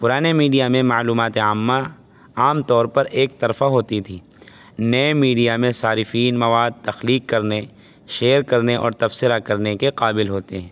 پرانے میڈیا میں معلومات عامہ عام طور پر ایک طرفہ ہوتی تھی نئے میڈیا میں صارفین مواد تخلیق کرنے شیئر کرنے اور تبصرہ کرنے کے قابل ہوتے ہیں